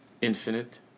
infinite